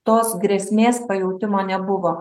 tos grėsmės pajautimo nebuvo